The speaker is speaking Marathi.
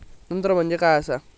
तंत्र म्हणजे काय असा?